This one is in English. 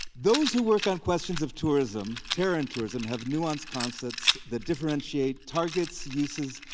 those who work on questions of tourism, terror in tourism, have nuanced concepts that differentiate targets, uses,